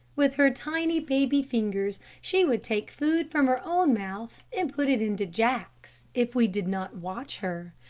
with her tiny, baby fingers, she would take food from her own mouth and put it into jack's, if we did not watch her.